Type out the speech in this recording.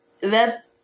That-